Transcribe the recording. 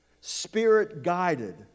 spirit-guided